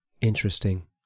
Interesting